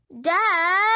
Dad